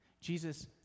Jesus